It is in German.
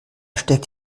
steckt